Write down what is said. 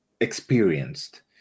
experienced